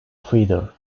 feeder